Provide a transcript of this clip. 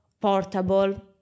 portable